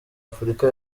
afurika